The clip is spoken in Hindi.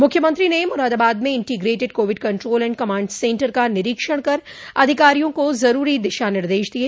मुख्यमंत्री ने मुरादाबाद में integrated Covid control and command centre का निरीक्षण कर अधिकारियों को जरूरी दिशा निर्देश दिये